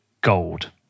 gold